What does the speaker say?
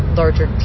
larger